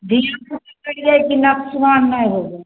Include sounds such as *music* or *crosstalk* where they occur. *unintelligible* नोकसान नहि होबय